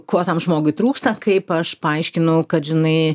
ko tam žmogui trūksta kaip aš paaiškinau kad žinai